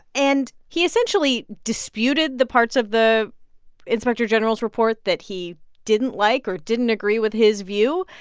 and he essentially disputed the parts of the inspector general's report that he didn't like or didn't agree with his view.